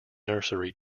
nursery